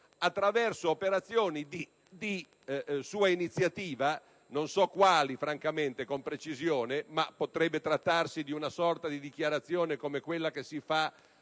attraverso operazioni di sua iniziativa, signor Presidente; non so quali, con precisione, ma potrebbe trattarsi di una sorta di dichiarazione come quella che si fa